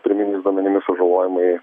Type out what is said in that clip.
pirminiais duomenimis sužalojimai